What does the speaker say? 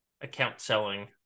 account-selling